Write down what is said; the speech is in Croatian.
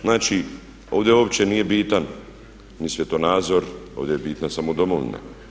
Znači ovdje uopće nije bitan ni svjetonazor, ovdje je bitna samo domovina.